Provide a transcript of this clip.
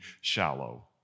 shallow